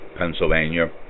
Pennsylvania